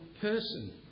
person